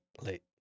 late